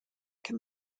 can